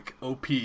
OP